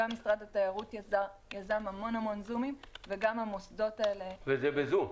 גם משרד התיירות יזם המון המון זומים וגם המוסדות האלה --- וזה בזום?